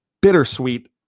bittersweet